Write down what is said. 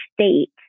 state